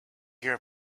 your